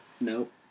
Nope